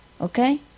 okay